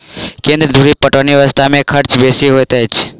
केन्द्र धुरि पटौनी व्यवस्था मे खर्च बेसी होइत अछि